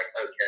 okay